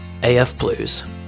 AFBlues